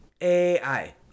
A-I